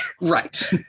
right